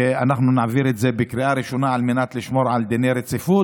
ואנחנו נעביר את זה בקריאה ראשונה על מנת לשמור על דין רציפות.